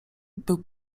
był